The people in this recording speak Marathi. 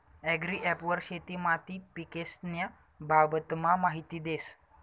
ॲग्रीॲप वर शेती माती पीकेस्न्या बाबतमा माहिती देस